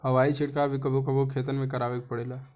हवाई छिड़काव भी कबो कबो खेतन में करावे के पड़ेला